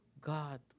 God